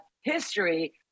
history